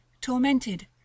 tormented